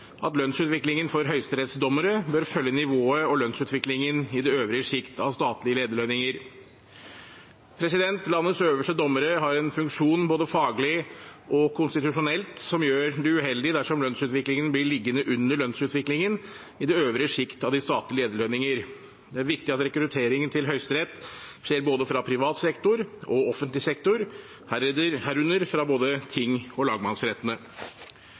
at lønnsutviklingen for høyesterettsdommere bør følge nivået og lønnsutviklingen i det øvre sjikt av statlige lederlønninger. Landets øverste dommere har en funksjon både faglig og konstitusjonelt som gjør det uheldig dersom lønnsutviklingen blir liggende under lønnsutviklingen i det øvre sjikt av statlige lederlønninger. Det er viktig at rekrutteringen til Høyesterett skjer fra både privat og offentlig sektor, herunder fra både ting- og lagmannsrettene.